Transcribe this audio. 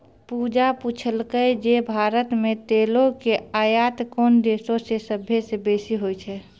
पूजा पुछलकै जे भारत मे तेलो के आयात कोन देशो से सभ्भे से बेसी होय छै?